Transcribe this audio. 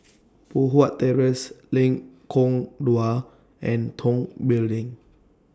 Poh Huat Terrace Lengkong Dua and Tong Building